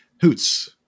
Hoots